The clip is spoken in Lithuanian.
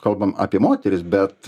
kalbam apie moteris bet